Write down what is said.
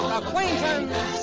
acquaintance